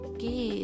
Okay